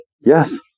Yes